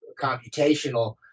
computational